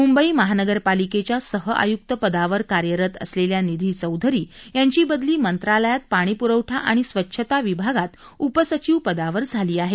मुंबई महानगरपालिकेच्या सहआय्क्त पदावर कार्यरत असलेल्या निधी चौधरी यांची बदली मंत्रालयात पाणीप्रवठा आणि स्वच्छता विभागात उप सचिव पदावर झाली आहे